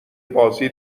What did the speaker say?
بازی